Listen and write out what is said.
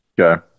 Okay